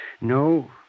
No